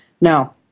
Now